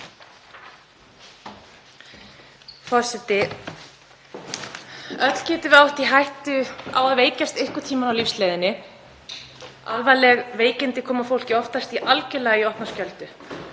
Forseti. Öll getum við átt á hættu að veikjast einhvern tíma á lífsleiðinni. Alvarleg veikindi koma fólki oftast algerlega í opna skjöldu.